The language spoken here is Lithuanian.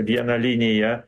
viena linija